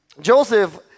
Joseph